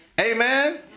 Amen